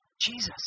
Jesus